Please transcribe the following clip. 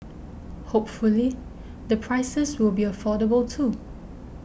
hopefully the prices will be affordable too